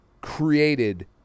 created